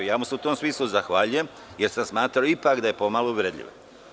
Ja mu se u tom smislu zahvaljujem, jer sam smatrao ipak da je pomalo uvredljivo.